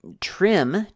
Trim